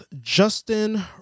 Justin